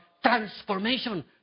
Transformation